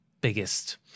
biggest